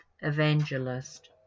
evangelist